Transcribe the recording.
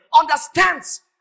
understands